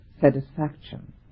satisfaction